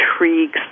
intrigues